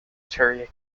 for